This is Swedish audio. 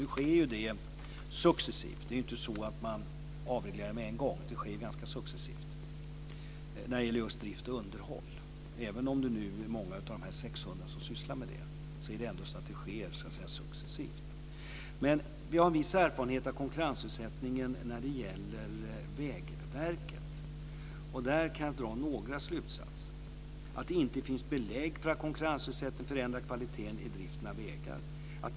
Nu sker det ju successivt. Det är inte så att man avreglerar på en gång. Det sker ganska successivt när det gäller just drift och underhåll. Även om det är många av dessa 600 som sysslar med det är det ändå så att det sker successivt. Vi har en viss erfarenhet av konkurrensutsättning när det gäller Vägverket. Där kan jag dra några slutsatser. Det finns inte belägg för att konkurrensutsättning förändrar kvaliteten i driften av vägar.